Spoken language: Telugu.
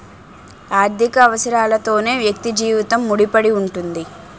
ఆర్థిక అవసరాలతోనే వ్యక్తి జీవితం ముడిపడి ఉంటుంది